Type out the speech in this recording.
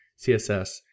CSS